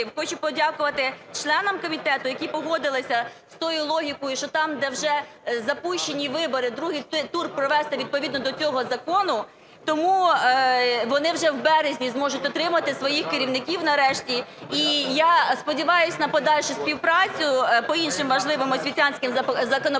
Хочу подякувати членам комітету, які погодилися з тією логікою, що там, де вже запущені вибори, другий тур провести відповідно до цього закону. Тому вони вже в березні зможуть отримати своїх керівників нарешті. І я сподіваюсь на подальшу співпрацю по іншим важливим освітянським законопроектам